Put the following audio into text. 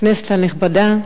כנסת נכבדה,